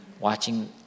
watching